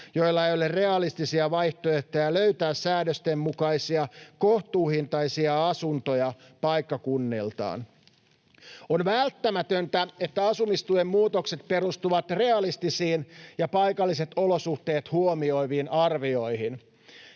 joilla ei ole realistisia vaihtoehtoja löytää säädösten mukaisia kohtuuhintaisia asuntoja paikkakunniltaan. On välttämätöntä, että asumistuen muutokset perustuvat realistisiin ja paikalliset olosuhteet huomioiviin arvioihin.